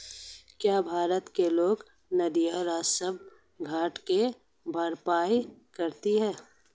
क्या भारत के लोक निधियां राजस्व घाटे की भरपाई करती हैं?